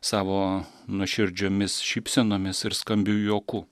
savo nuoširdžiomis šypsenomis ir skambiu juoku